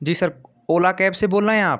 जी sir Ola cab से बोल रहे हैं आप